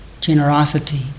Generosity